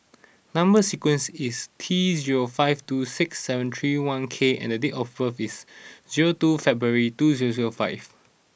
number sequence is T zero five two six seven three one K and date of birth is zero two February two zero zero five